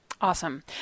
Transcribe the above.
Awesome